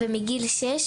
ומגיל שש,